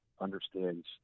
understands